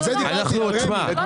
על זה דיברתי רמ"י.